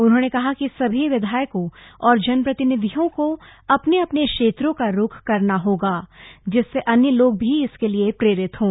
उन्होंने कहा कि सभी विधायकों और जनप्रतिनिधियों को अपने अपने क्षेत्रों का रुख करना होगा जिससे अन्य लोग भी इसके लिए प्रेरित हों